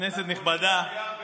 כנסת נכבדה, אתה קונה קוויאר בקילו,